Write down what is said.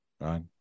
right